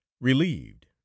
relieved